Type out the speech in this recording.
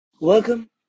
Welcome